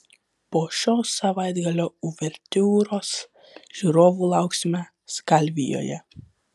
po šios savaitgalio uvertiūros žiūrovų lauksime skalvijoje